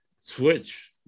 switch